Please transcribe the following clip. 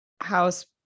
house